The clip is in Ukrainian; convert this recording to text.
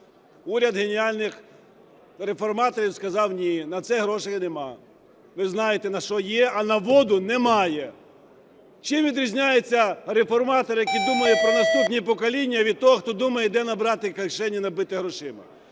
Уряд геніальних реформаторів сказав, ні, на це грошей нема. Ви знаєте, на що є, а на воду немає. Чим відрізняється реформатор, який думає про наступні покоління, від того, хто думає, де набрати і кишені набити грошима?